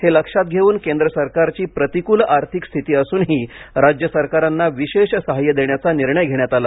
हे लक्षात घेवून केंद्र सरकारची प्रतिकूल आर्थिक स्थिती असूनही राज्य सरकारांना विशेष सहाय्य देण्याचा निर्णय घेण्यात आला